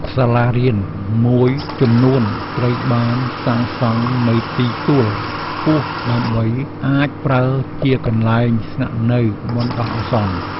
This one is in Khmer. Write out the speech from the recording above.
សាលារៀនមួយចំនួនត្រូវបានសាងសង់នៅទីទួលខ្ពស់ដើម្បីអាចប្រើជាកន្លែងស្នាក់នៅបណ្តោះអាសន្ន។